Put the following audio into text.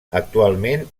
actualment